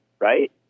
right